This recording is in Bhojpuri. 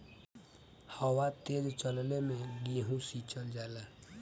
हवा तेज चलले मै गेहू सिचल जाला?